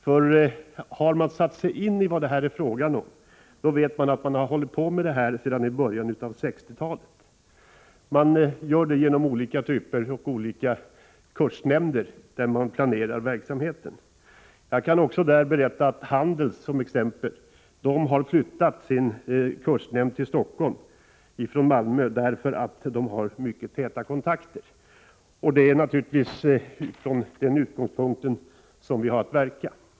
Den som har satt sig in i vad det är fråga om vet att man har hållit på med det sedan i början av 1960-talet när det gäller olika kursnämnder vars verksamhet man planerar. Jag kan berätta att exempelvis Handels har flyttat sin kursnämnd till Stockholm från Malmö på grund av de mycket täta kontakterna. Det är naturligtvis från den utgångspunkten som vi har att verka.